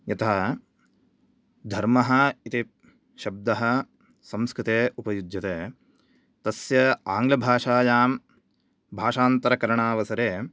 यथा धर्मः इति शब्दः संस्कृते उपयुज्यते तस्य आङ्ग्लभाषायां भाषान्तरकरणावसरे